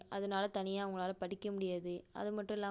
அதனால தனியாக அவங்களால் படிக்க முடியாது அது மட்டும் இல்லாமல்